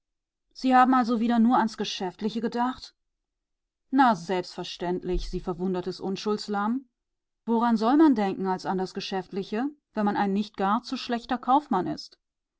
sie haben also wieder nur ans geschäftliche gedacht na selbstverständlich sie verwundertes unschuldslamm woran soll man denken als ans geschäftliche wenn man ein nicht gar zu schlechter kaufmann ist